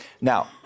now